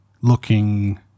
looking